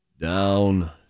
Down